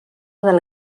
del